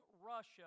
Russia